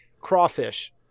crawfish